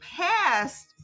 past